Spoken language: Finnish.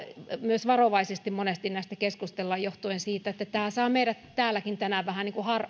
myös varovaisesti monesti näistä keskustellaan johtuen siitä että tämä saa meidät kuten täälläkin tänään vähän niin kuin